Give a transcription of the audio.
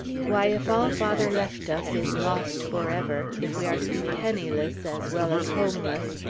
why, if all father left us is lost forever, if we are to be penniless as well as homeless,